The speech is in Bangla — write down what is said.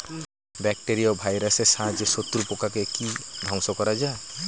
ব্যাকটেরিয়া ও ভাইরাসের সাহায্যে শত্রু পোকাকে কি ধ্বংস করা যায়?